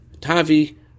Tavi